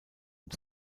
und